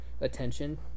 attention